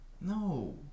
No